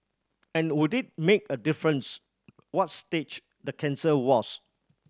and would it make a difference what stage the cancer was